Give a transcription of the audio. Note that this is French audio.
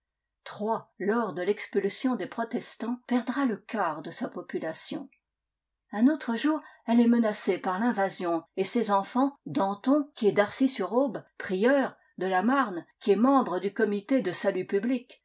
troyes lors de l'expulsion des protestants perdra le quart de sa population un autre jour elle est menacée par l'invasion et ses enfants danton qui estdarcis sur aube prieur de la marne qui est membre du comité de salut public